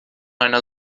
einer